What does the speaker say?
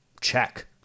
Check